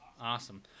awesome